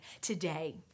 today